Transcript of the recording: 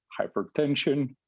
hypertension